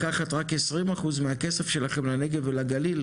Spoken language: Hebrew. לקחת רק 20% מהכסף שלכם לנגב ולגליל,